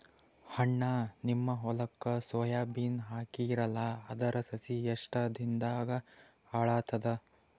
ಅಣ್ಣಾ, ನಿಮ್ಮ ಹೊಲಕ್ಕ ಸೋಯ ಬೀನ ಹಾಕೀರಲಾ, ಅದರ ಸಸಿ ಎಷ್ಟ ದಿಂದಾಗ ಏಳತದ?